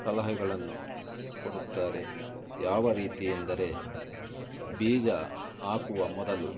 ಸಲಹೆಗಳನ್ನು ಕೊಡುತ್ತಾರೆ ಯಾವ ರೀತಿ ಎಂದರೆ ಬೀಜ ಹಾಕುವ ಮೊದಲು